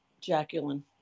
Jacqueline